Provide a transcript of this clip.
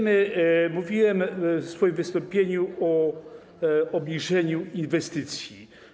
Mówiłem w swoim wystąpieniu o obniżeniu inwestycji.